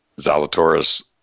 Zalatoris